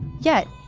yet,